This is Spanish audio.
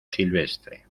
silvestre